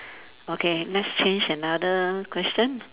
okay let's change another question